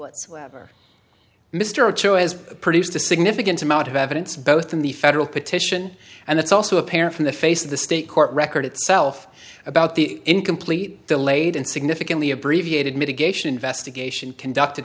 whatsoever mr cho has produced a significant amount of evidence both in the federal petition and it's also apparent from the face of the state court record itself about the incomplete delayed and significantly abbreviated mitigation investigation conducted